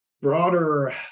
broader